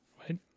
right